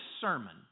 sermon